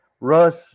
Russ